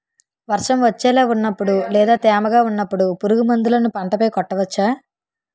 వర్షం వచ్చేలా వున్నపుడు లేదా తేమగా వున్నపుడు పురుగు మందులను పంట పై కొట్టవచ్చ?